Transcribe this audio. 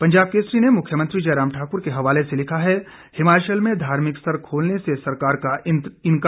पंजाब केसरी ने मुख्यमंत्री जयराम ठाक्र के हवाले से लिखा है डिमाचल में धार्मिक स्थल खोलने से सरकार का इंकार